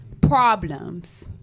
problems